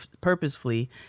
purposefully